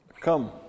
come